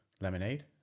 lemonade